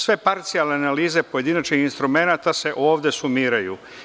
Sve parcijalne analize pojedinačnih instrumenata se ovde sumiraju.